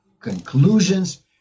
conclusions